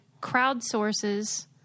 crowdsources